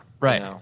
Right